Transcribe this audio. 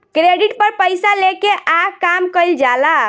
credit पर पइसा लेके आ काम कइल जाला